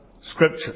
Scripture